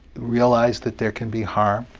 realize that there can be harm,